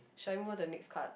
shall I move on to the next card